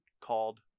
called